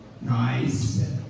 Nice